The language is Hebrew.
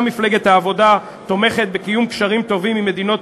גם מפלגת העבודה תומכת בקיום קשרים טובים עם מדינות